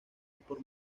por